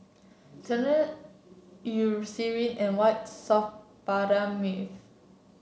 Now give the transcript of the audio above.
Sebamed Eucerin and White Soft